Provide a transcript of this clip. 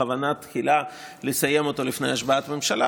בכוונה תחילה לסיים אותו לפני השבעת ממשלה.